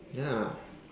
ya